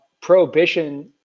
prohibition